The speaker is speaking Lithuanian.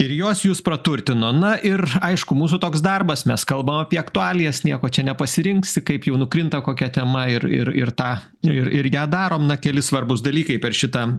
ir jos jus praturtino na ir aišku mūsų toks darbas mes kalbam apie aktualijas nieko čia nepasirinksi kaip jau nukrinta kokia tema ir ir ir tą ir ir ją darom na keli svarbūs dalykai per šitą